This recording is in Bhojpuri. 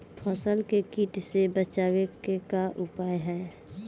फसलन के कीट से बचावे क का उपाय है?